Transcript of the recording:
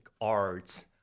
arts